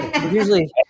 Usually